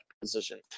position